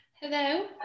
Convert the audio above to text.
Hello